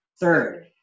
Third